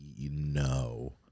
No